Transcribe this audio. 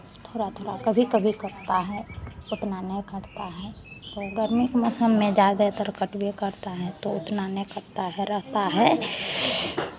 थोड़ा थोड़ा कभी कभी कटता है ओतना नहीं कटता है तो गर्मी के मौसम में ज़्यादेतर कटबे करता है तो उतना नहीं कटता है रहता है